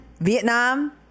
Vietnam